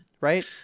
right